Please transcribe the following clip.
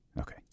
Okay